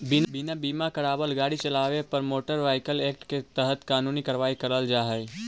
बिना बीमा करावाल गाड़ी चलावे पर मोटर व्हीकल एक्ट के तहत कानूनी कार्रवाई करल जा हई